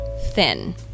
thin